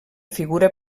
figura